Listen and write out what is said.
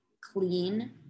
clean